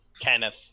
Kenneth